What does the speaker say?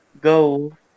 go